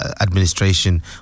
administration